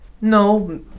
No